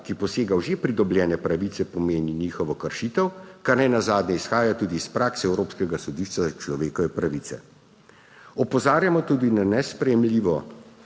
ki posega v že pridobljene pravice, pomeni njihovo kršitev, kar ne nazadnje izhaja tudi iz prakse Evropskega sodišča za človekove pravice. Opozarjamo tudi na nesprejemljivo